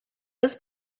this